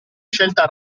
scelta